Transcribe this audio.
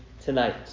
tonight